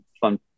fun